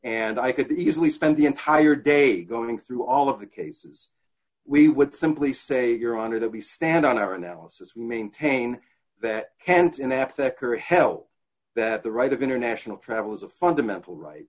and i could easily spend the entire day going through all of the cases we would simply say your honor that we stand on our analysis we maintain that can't inapt thicker help that the right of international travel is a fundamental right